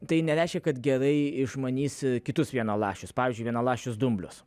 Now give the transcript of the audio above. tai nereiškia kad gerai išmanysi kitus vienaląsčius pavyzdžiui vienaląsčius dumblius